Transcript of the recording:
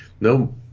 no